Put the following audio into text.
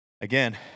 again